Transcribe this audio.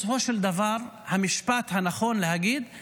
בסופו של דבר המשפט הנכון להגיד הוא